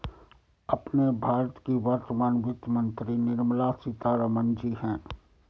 अपने भारत की वर्तमान वित्त मंत्री निर्मला सीतारमण जी हैं